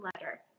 letter